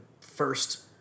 first